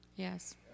Yes